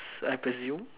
I presume